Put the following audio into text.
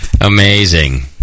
Amazing